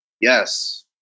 Yes